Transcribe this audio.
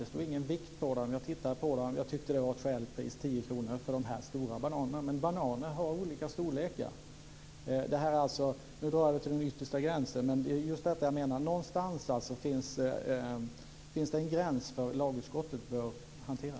Det stod ingen vikt på dem. Jag tittade på dem. Jag tyckte att det var ett skäligt pris med 10 kr för de stora bananerna. Men bananer har olika storlekar. Nu drar jag det här till den yttersta gränsen, men det är detta jag menar: Någonstans finns det en gräns för vad lagutskottet bör hantera.